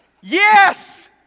Yes